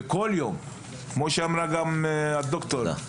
כמו שאמרה גם הרופאה,